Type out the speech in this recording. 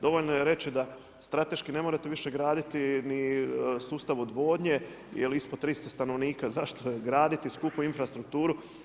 Dovoljno je reći da strateški ne morate više graditi ni sustav odvodnje, jer ispod 300 stanovnika, zašto je graditi skupu infrastrukturu.